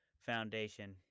Foundation